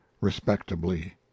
respectably